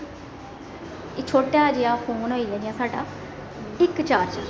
इक छोटा जेहा फोन होई गेआ जियां साड्डा इक चार्जर